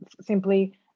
simply